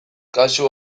kasu